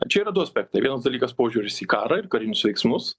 čia yra du aspektai vienas dalykas požiūris į karą ir karinius veiksmus